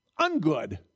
ungood